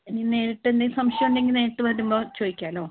ഇനി നേരിട്ട് എന്തേങ്കിലും സംശയം ഉണ്ടെങ്കിൽ നേരിട്ട് വരുമ്പോൾ ചോദിക്കാമല്ലോ